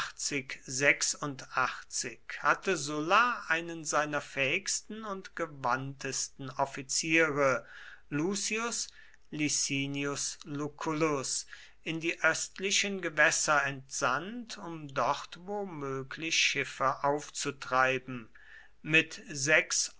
hatte sulla einen seiner fähigsten und gewandtesten offiziere lucius licinius lucullus in die östlichen gewässer entsandt um dort womöglich schiffe aufzutreiben mit sechs